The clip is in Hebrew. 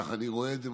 ככה אני רואה את זה,